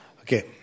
Okay